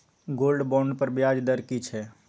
Gold bond पर ब्याज दर की छै?